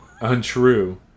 Untrue